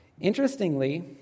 interestingly